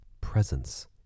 presence